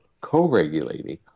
co-regulating